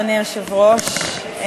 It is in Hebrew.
אדוני היושב-ראש,